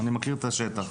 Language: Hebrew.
אני מכיר את השטח.